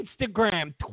Instagram